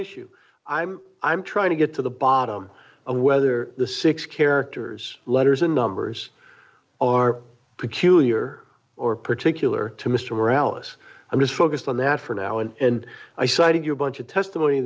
issue i'm i'm trying to get to the bottom of whether the six characters letters and numbers are peculiar or particular to mr ellis i'm just focused on that for now and i cited you a bunch of testimony